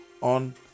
on